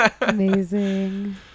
amazing